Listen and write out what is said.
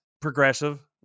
progressive